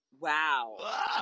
Wow